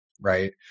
right